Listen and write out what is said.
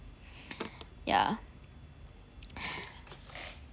yeah